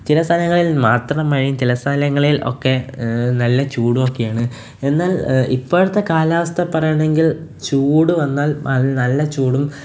ചില സ്ഥലങ്ങളിൽ മാത്രം മഴയും ചില സ്ഥലങ്ങളിൽ ഒക്കെ നല്ല ചൂടൊക്കെയാണ് എന്നാൽ ഇപ്പോഴത്തെ കാലാവസ്ഥ പറയുകയാണെങ്കിൽ ചൂടു വന്നാൽ നല്ല ചൂടും